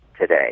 today